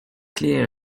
clear